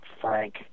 Frank